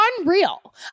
unreal